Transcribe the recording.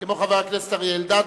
כמו חבר הכנסת אריה אלדד,